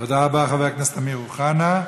תודה רבה, חבר הכנסת אמיר אוחנה.